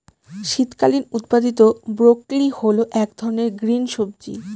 শীতকালীন উৎপাদীত ব্রোকলি হল এক ধরনের গ্রিন সবজি